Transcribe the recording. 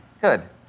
Good